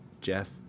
Jeff